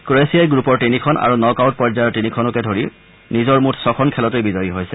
ক্ৰ'ৱেছিয়াই গ্ৰুপৰ তিনিখন আৰু নক আউট পৰ্যায়ৰ তিনিখনকে ধৰি নিজৰ মুঠ ছখন খেলতেই বিজয়ী হৈছে